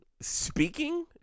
Speaking